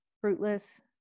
fruitless